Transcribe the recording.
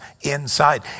inside